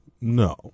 No